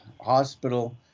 hospital